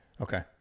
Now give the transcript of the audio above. Okay